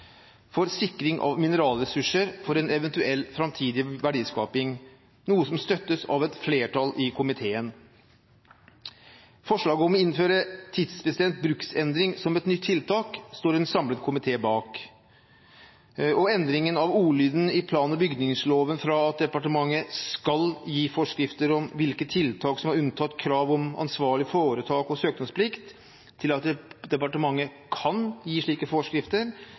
for sikring av mineralressurser for en eventuell framtidig verdiskaping, noe som støttes av et flertall i komiteen. Forslaget om å innføre tidsbestemt bruksendring som et nytt tiltak står en samlet komité bak. Endringen av ordlyden i plan- og bygningsloven fra at departementet «skal gi» forskrifter om hvilke tiltak som er unntatt krav om ansvarlig foretak og søknadsplikt, til at departementet «kan gi» slike forskrifter,